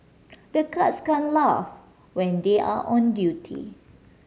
the guards can't laugh when they are on duty